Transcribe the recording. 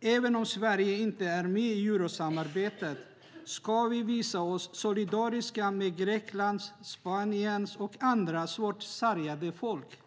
Även om Sverige inte är med i eurosamarbetet ska vi visa oss solidariska med Greklands, Spaniens och andra svårt sargade folk.